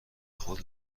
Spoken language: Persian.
خود